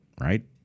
right